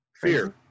fear